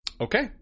Okay